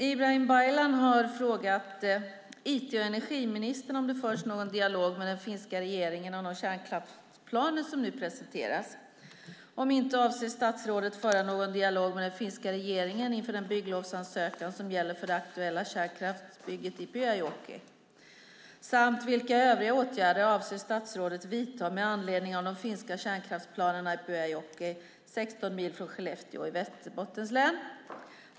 Ibrahim Baylan har frågat it och energiministern om det förts någon dialog med den finska regeringen om de kärnkraftsplaner som nu presenteras och - om inte - om statsrådet avser att föra någon dialog med den finska regeringen inför den bygglovsansökan som gäller det aktuella kärnkraftsbygget i Pyhäjoki samt vilka övriga åtgärder statsrådet avser att vidta med anledning av de finska kärnkraftsplanerna i Pyhäjoki, 16 mil från Skellefteå i Västerbottens län.